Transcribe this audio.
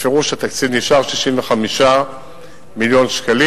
בפירוש התקציב נשאר 65 מיליון שקלים.